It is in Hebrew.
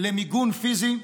למיגון פיזי,